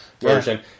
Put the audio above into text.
version